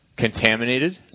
Contaminated